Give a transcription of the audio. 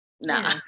nah